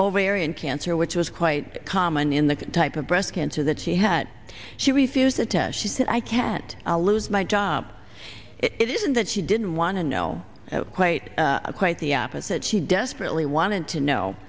over arion cancer which was quite common in the type of breast cancer that she had she refused the test she said i can't lose my job it isn't that she didn't want to know quite quite the opposite she desperately wanted to know